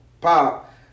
pop